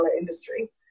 industry